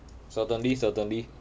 certainly certainly